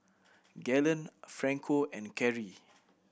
Gaylon Franco and Carrie